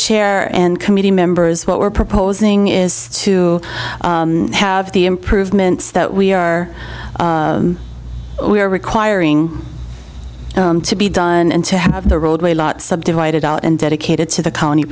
chair and committee members what we're proposing is to have the improvements that we are we are requiring to be done and to have the roadway a lot subdivided out and dedicated to the county